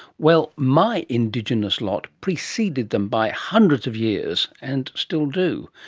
well my indigenous lot preceded them by hundreds of years and still do.